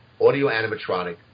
audio-animatronic